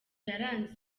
yaranze